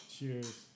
Cheers